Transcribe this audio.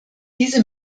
diese